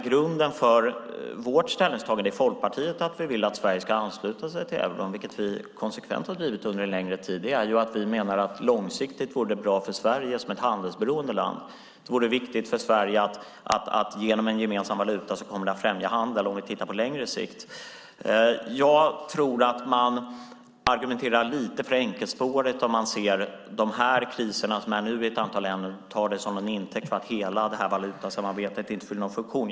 Grunden för Folkpartiets ställningstagande att vi vill att Sverige ska ansluta sig till euron - och det har vi drivit konsekvent under en längre tid - är att vi menar att det för Sverige som ett handelsberoende land är viktigt att på längre sikt främja handeln genom en gemensam valuta. Jag tror att man argumenterar lite för enkelspårigt om man tar de kriser som nu är i ett antal länder till intäkt för att hela valutasamarbetet inte fyller någon funktion.